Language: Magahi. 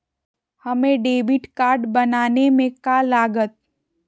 हमें डेबिट कार्ड बनाने में का लागत?